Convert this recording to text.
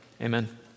Amen